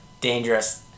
dangerous